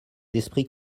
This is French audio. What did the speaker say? d’esprit